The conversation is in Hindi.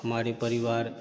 हमारे परिवार